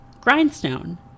Grindstone